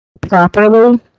properly